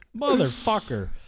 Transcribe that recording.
Motherfucker